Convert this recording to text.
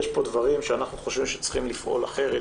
יש פה דברים שאנחנו חושבים שצריכים לפעול אחרת,